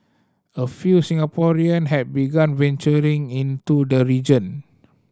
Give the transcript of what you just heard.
a few Singaporean have begun venturing into the region